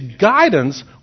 guidance